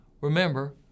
remember